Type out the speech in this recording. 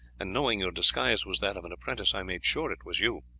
and knowing your disguise was that of an apprentice i made sure it was you.